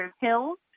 Hills